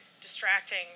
distracting